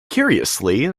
curiously